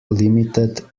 limited